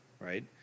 right